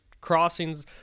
crossings